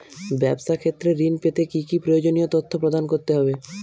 ব্যাবসা ক্ষেত্রে ঋণ পেতে কি কি প্রয়োজনীয় তথ্য প্রদান করতে হবে?